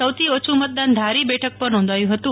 સૌથી ઓછુ મતદાન ધારી બેઠક પર નોંધાયું હતું